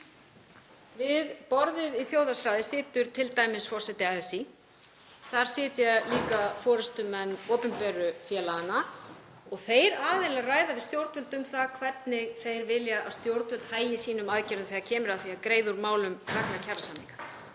Við borðið í Þjóðhagsráði situr t.d. forseti ASÍ. Þar sitja líka forystumenn opinberu félaganna. Þeir aðilar ræða við stjórnvöld um það hvernig þeir vilja að stjórnvöld hagi sínum aðgerðum þegar kemur að því að greiða úr málum vegna kjarasamninga.